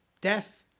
Death